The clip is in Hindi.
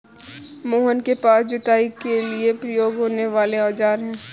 मोहन के पास जुताई के लिए प्रयोग होने वाले औज़ार है